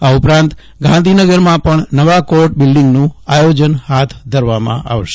આ ઉપરાંતગાંધીનગરમાં પણ નવા કોર્ટ બિલ્ડિંગનું આયોજન હાથ ધરવામાં આવશે